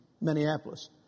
Minneapolis